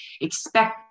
expect